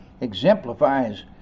exemplifies